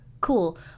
Cool